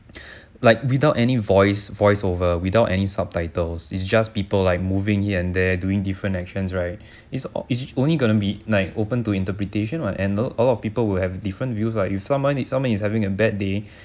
like without any voice voice over without any subtitles is just people like moving here and there doing different actions right it's it's only gonna be like open to interpretation what and a lot a lot of people will have different views like if someone if someone is having a bad day